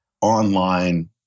online